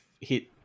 hit